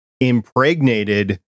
impregnated